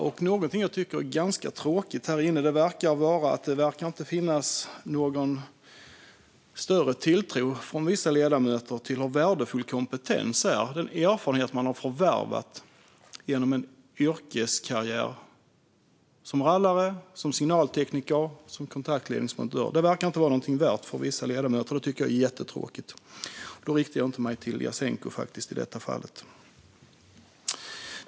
Något här inne som jag tycker är ganska tråkigt är att det inte verkar finnas någon större tilltro från vissa ledamöter till värdefull kompetens och erfarenhet som man har förvärvat genom en yrkeskarriär som rallare, signaltekniker eller kontaktledningsmontör. Det verkar inte vara något värt för vissa ledamöter, och det tycker jag är jättetråkigt. I detta fall riktar jag mig faktiskt inte till Jasenko.